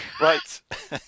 Right